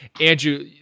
Andrew